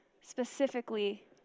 Specifically